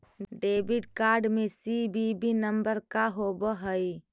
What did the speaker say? Debit card में CVV number का होव हइ?